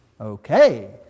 Okay